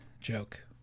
joke